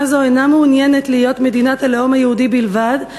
הזו אינה מעוניינת להיות מדינת הלאום היהודי בלבד,